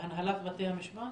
לביא מהנהלת בתי המשפט.